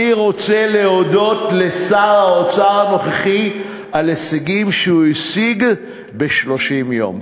אני רוצה להודות לשר האוצר הנוכחי על הישגים שהוא השיג ב-30 יום.